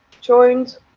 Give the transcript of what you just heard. joined